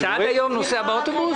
אתה עד היום נוסע באוטובוס?